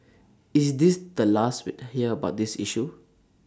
is this the last we'd hear about this issue